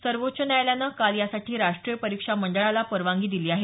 सर्वोच्च न्यायालयानं काल यासाठी राष्ट्रीय परिक्षा मंडळाला परवानगी दिली आहे